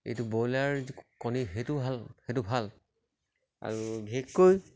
এইটো ব্ৰইলাৰ যিটো কণী সেইটো ভাল সেইটো ভাল আৰু বিশেষকৈ